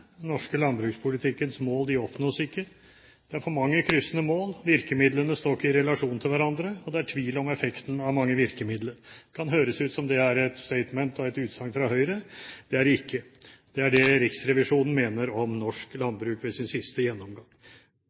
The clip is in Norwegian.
den norske landbrukspolitikkens mål ikke oppnås. Det er for mange kryssende mål, virkemidlene står ikke i relasjon til hverandre, og det er tvil om effekten av mange virkemidler. Det kan høres ut som om det er et «statement» og et utsagn fra Høyre. Det er det ikke, det er det Riksrevisjonen mener om norsk landbruk ved sin siste gjennomgang.